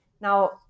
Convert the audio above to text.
Now